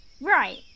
Right